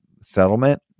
settlement